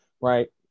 right